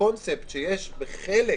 הקונספט שיש בחלק,